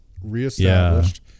reestablished